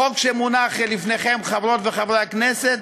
החוק שמונח לפניכם, חברות וחברי הכנסת,